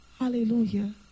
Hallelujah